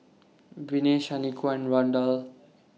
Viney Shaniqua and Randall